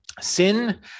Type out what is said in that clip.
sin